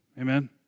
Amen